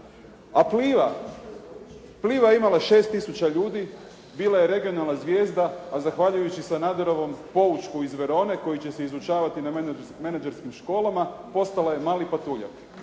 A Pliva, Pliva je imala 6 tisuća ljudi, bila je regionalna zvijezda, a zahvaljujući Sanaderovom poučku iz Verone koji će se izučavati na menadžerskim školama postala je mali patuljak.